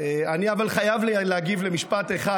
אבל אני חייב להגיב למשפט אחד,